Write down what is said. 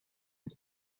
had